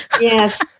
yes